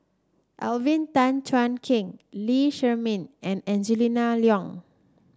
Alvin Tan Cheong Kheng Lee Shermay and Angela Liong